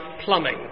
plumbing